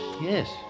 Yes